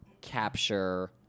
capture